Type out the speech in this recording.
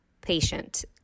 patient